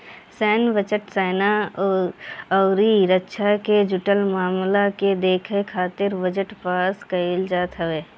सैन्य बजट, सेना अउरी रक्षा से जुड़ल मामला के देखे खातिर बजट पास कईल जात हवे